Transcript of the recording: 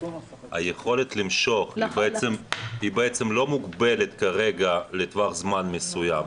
היכולת למשוך היא בעצם לא מוגבלת כרגע לטווח זמן מסוים,